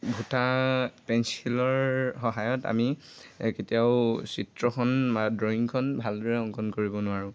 ভূটা পেঞ্চিলৰ সহায়ত আমি কেতিয়াও চিত্ৰখন বা ড্ৰয়িংখন ভালদৰে অংকন কৰিব নোৱাৰোঁ